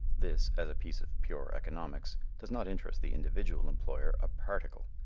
this, as piece of pure economics, does not interest the individual employer a particle.